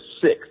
six